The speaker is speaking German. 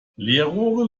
leerrohre